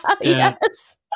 Yes